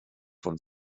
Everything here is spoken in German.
von